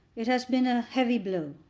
it has been a heavy blow.